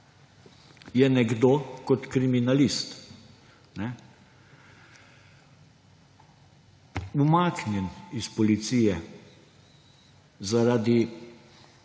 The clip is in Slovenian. je nekdo kot kriminalist umaknjen iz policije zaradi